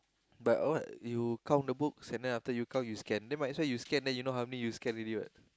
but what you count the books and then after you count you scan then might as well you scan you scan then you know how many already what